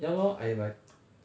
ya lor I like